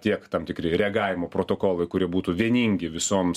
tiek tam tikri reagavimo protokolai kurie būtų vieningi visoms